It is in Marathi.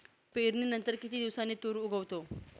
पेरणीनंतर किती दिवसांनी तूर उगवतो?